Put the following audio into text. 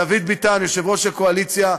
דוד ביטן יושב-ראש הקואליציה,